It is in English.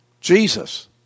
Jesus